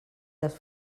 les